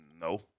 No